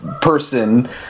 person